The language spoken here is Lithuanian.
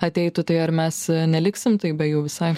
ateitų tai ar mes neliksim be jų visai